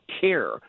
care